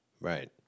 Right